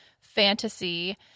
fantasy